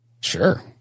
Sure